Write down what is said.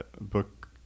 book